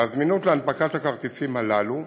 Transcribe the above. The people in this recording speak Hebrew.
והזמינות להנפקת הכרטיסים הללו,